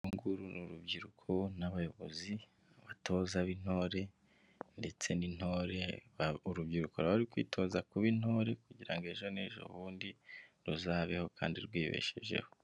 Uru nguru ni urubyiruko n'abayobozi, abatoza b'intore ndetse n'intore, urubyiruko ruraba ruri kwitoza kuba intore kugira ngo ejo n'ejobundi ruzabeho kandi rwibeshejeho.